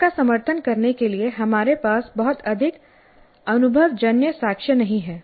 इसका समर्थन करने के लिए हमारे पास बहुत अधिक अनुभवजन्य साक्ष्य नहीं हैं